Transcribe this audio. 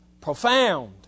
profound